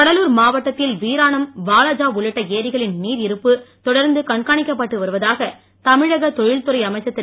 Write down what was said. கடலூர் மாவட்டத்தில் வீராணம் வாலாதா உள்ளிட்ட ஏரிகளின் நீர் இருப்பு தொடர்ந்து கண்காணிக்கப்பட்டு வருவதாக தமிழக தொழில்துறை அமைச்சர் திரு